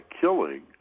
killing